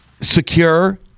secure